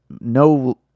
no